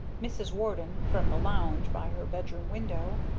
mrs. warden, from the lounge by her bedroom window,